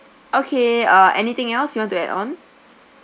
okay uh anything else you want to add on